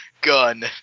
gun